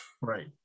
Right